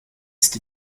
ist